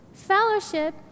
Fellowship